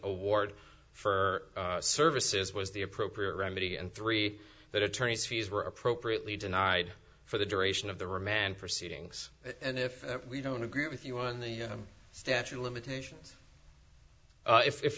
award for services was the appropriate remedy and three that attorney's fees were appropriately denied for the duration of the remand proceedings and if we don't agree with you on the statute of limitations